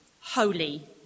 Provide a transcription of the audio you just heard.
holy